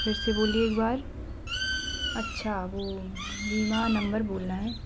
फिर से बोलिए एक बार अच्छा वह बीमा नंबर बोलना है